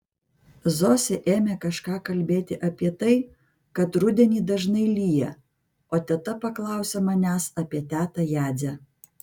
zosė ėmė kažką kalbėti apie tai kad rudenį dažnai lyja o teta paklausė manęs apie tetą jadzę